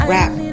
Rap